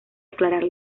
aclarar